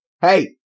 hey